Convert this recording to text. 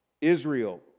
Israel